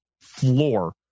floor